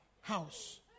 house